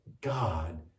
God